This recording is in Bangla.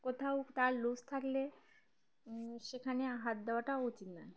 কোথাও তার লুজ থাকলে সেখানে হাত দেওয়াটাও উচিত নয়